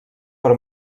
per